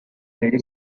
very